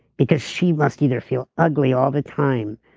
because she must either feel ugly all the time,